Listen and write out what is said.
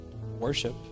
worship